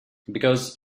because